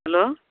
hello